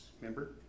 Remember